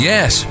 Yes